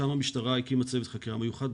שם המשטרה הקימה צוות חקירה מיוחד.